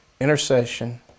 intercession